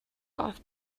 off